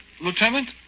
Lieutenant